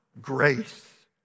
grace